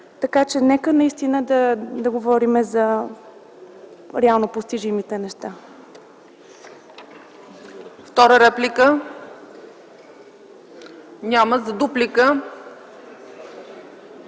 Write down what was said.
Така че нека наистина да говорим за реално постижимите неща.